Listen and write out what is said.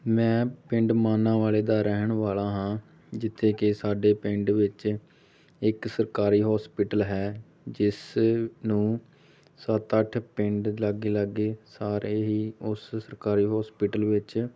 ਮੈਂ ਪਿੰਡ ਮਾਨਾਂ ਵਾਲੇ ਦਾ ਰਹਿਣ ਵਾਲਾ ਹਾਂ ਜਿੱਥੇ ਕਿ ਸਾਡੇ ਪਿੰਡ ਵਿੱਚ ਇੱਕ ਸਰਕਾਰੀ ਹੋਸਪੀਟਲ ਹੈ ਜਿਸ ਨੂੰ ਸੱਤ ਅੱਠ ਪਿੰਡ ਲਾਗੇ ਲਾਗੇ ਸਾਰੇ ਹੀ ਉਸ ਸਰਕਾਰੀ ਹੋਸਪੀਟਲ ਵਿੱਚ